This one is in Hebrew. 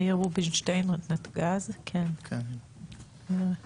יאיר רובינשטיין, נתג"ז, אתה שומע?